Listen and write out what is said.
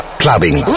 clubbing